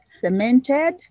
cemented